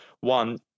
one